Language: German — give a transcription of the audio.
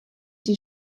die